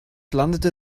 landete